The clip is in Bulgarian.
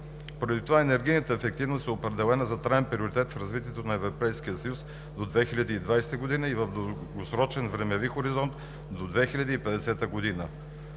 Поради това енергийната ефективност е определена за траен приоритет в развитието на Европейския съюз до 2020 г. и в дългосрочен времеви хоризонт до 2050 г.